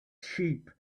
sheep